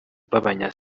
b’abanya